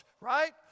right